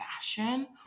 fashion